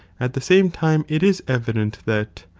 at the same time it is evident that,